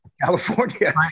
California